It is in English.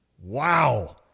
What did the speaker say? Wow